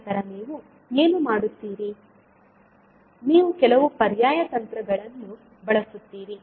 ನಂತರ ನೀವು ಏನು ಮಾಡುತ್ತೀರಿ ನೀವು ಕೆಲವು ಪರ್ಯಾಯ ತಂತ್ರಗಳನ್ನು ಬಳಸುತ್ತೀರಿ